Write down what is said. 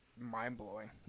mind-blowing